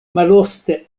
malofte